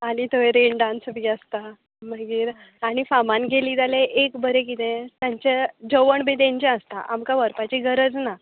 आनी थंय rain dance बी आसता मागीर आनी फार्मान गेलीं जाल्यार एक बरें कितें तांचें जेवण बी तेंचें आसता आमकां व्हरपाची गरज ना